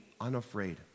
unafraid